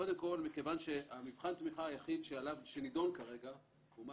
קודם כל מכיוון שמבחן התמיכה היחיד שנידון כרגע הוא מה